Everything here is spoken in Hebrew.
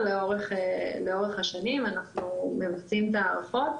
לאורך השנים אנחנו מבצעים את ההערכות,